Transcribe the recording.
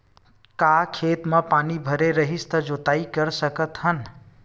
का खेत म पानी भरे रही त जोताई कर सकत हन?